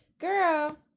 girl